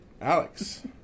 Alex